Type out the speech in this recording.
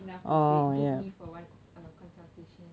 enough to say book me for one consultation